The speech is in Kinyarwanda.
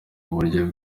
uburyo